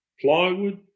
plywood